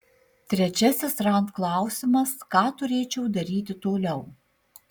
trečiasis rand klausimas ką turėčiau daryti toliau